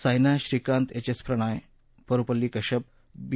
Saina Srikanth H S Prannoy Parupalli Kashyap B